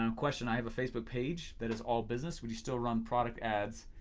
um question, i have a facebook page that is all business would you still run product adds